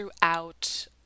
throughout